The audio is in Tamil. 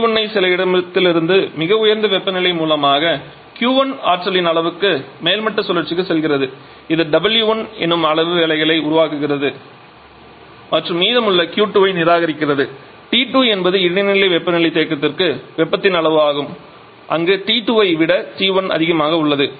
T1 ஐ சில இடத்திலிருந்து மிக உயர்ந்த வெப்பநிலை மூலமாக Q1 ஆற்றலின் அளவுக்கு மேல்மட்ட சுழற்சிக்கு செல்கிறது இது W1 எனும் அளவு வேலைகளை உருவாக்குகிறது மற்றும் மீதமுள்ள Q2 ஐ நிராகரிக்கிறது T2 என்பது இடைநிலை வெப்பநிலை தேக்கத்திற்கு வெப்பத்தின் அளவு ஆகும் அங்கு T2 ஐ விட T1 அதிகமாக உள்ளது